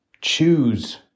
choose